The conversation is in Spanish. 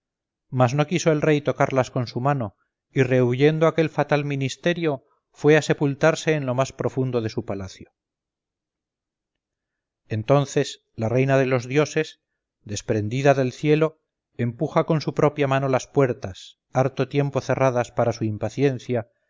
mas no quiso el rey tocarlas con su mano y rehuyendo aquel fatal ministerio fue a sepultarse en lo más profundo de su palacio entonces la reina de los dioses desprendida del cielo empuja con su propia mano las puertas harto tiempo cerradas para su impaciencia